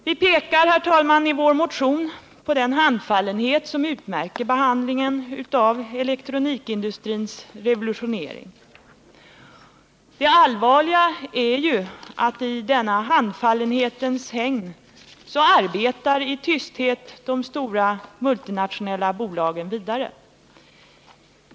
Vi pekar, herr talman, i vår motion på den handfallenhet som utmärker behandlingen av elektronikindustrins revolutionering. Det allvarliga är ju att i hägnet av denna handfallenhet arbetar i tysthet de stora multinationella bolagen vidare.